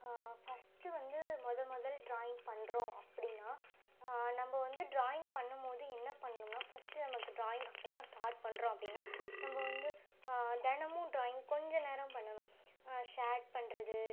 first வந்து மொதல் மொதலில் ட்ராயிங் பண்ணுறோம் அப்படினா நம்ம வந்து ட்ராயிங் பண்ணும் போது என்ன பண்ணுன்னா ஃபஸ்ட்டு நமக்கு ட்ராயிங் அப்போ தான் ஸ்டார்ட் பண்ணுறோம் அப்படினா நம்ம வந்து தினமும் ட்ராயிங் கொஞ்ச நேரம் பண்ணணும் ஷேட் பண்ணுறது